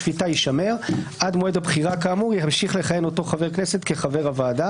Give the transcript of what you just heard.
(ג)חל שינוי בהשתייכותו של חבר הוועדה